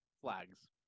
flags